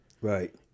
Right